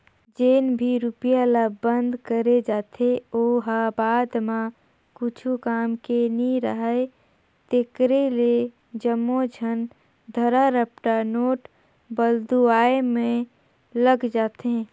जेन भी रूपिया ल बंद करे जाथे ओ ह बाद म कुछु काम के नी राहय तेकरे ले जम्मो झन धरा रपटा नोट बलदुवाए में लग जाथे